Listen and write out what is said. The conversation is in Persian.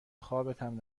خوابتم